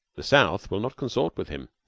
the south will not consort with him.